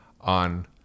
on